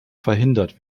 verhindert